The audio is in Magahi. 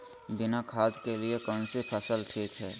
बिना खाद के लिए कौन सी फसल ठीक है?